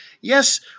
yes